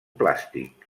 plàstic